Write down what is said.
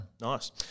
Nice